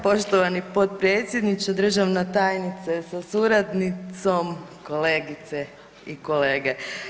Poštovani potpredsjedniče, državna tajnice sa suradnicom, kolegice i kolege.